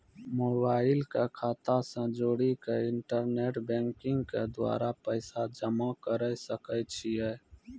Mobile के खाता से जोड़ी के इंटरनेट बैंकिंग के द्वारा पैसा जमा करे सकय छियै?